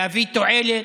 להביא תועלת,